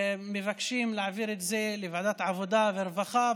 מבקשים להעביר את זה לוועדת העבודה והרווחה,